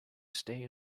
stay